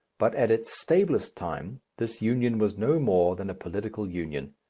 but at its stablest time, this union was no more than a political union,